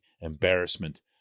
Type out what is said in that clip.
embarrassment